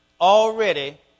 already